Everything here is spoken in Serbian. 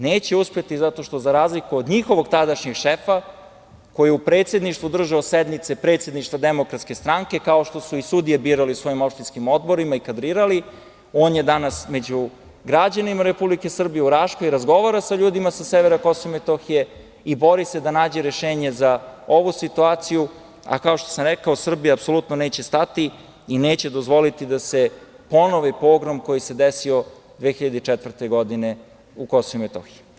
Neće uspeti zato što za razliku od njihovog tadašnjeg šefa, koji je u predsedništvu držao sednice predsedništva Demokratske stranke, kao što su i sudije birali u svojim opštinskim odborima i kadrirali, on je danas među građanima Republike Srbije, u Raškoj, razgovara sa ljudima sa severa Kosova i Metohije i bori se da nađe rešenje za ovu situaciju, a kao što sam rekao, Srbija apsolutno neće stati i neće dozvoliti da se ponovi pogrom koji se desio 2004. godine u Kosovu i Metohiji.